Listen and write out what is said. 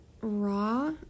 raw